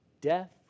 death